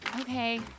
okay